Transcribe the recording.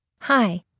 Hi